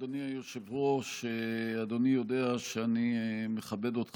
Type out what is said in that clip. אדוני היושב-ראש, אדוני יודע שאני מכבד אותו מאוד,